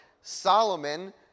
Solomon